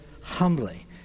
humbly